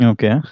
Okay